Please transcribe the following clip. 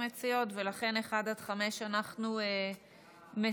ולכן אנחנו מסירים